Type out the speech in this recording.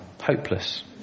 hopeless